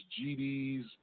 GDs